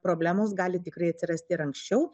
problemos gali tikrai atsirasti ir anksčiau